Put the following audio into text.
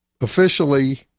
officially